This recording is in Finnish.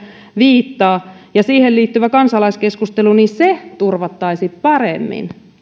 viittaa ja kansalaiskeskustelu turvattaisiin paremmin